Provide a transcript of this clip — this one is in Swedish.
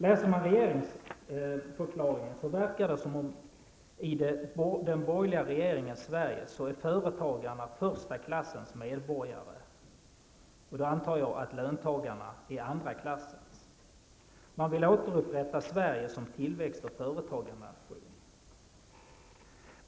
När man läser regeringsförklaringen verkar det som om företagarna är första klassens medborgare i den borgerliga regeringens Sverige. Då antar jag att löntagarna är andra klassens medborgare. Man vill återupprätta Sverige som tillväxt och företagarnation.